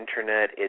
internet